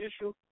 Issue